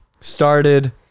started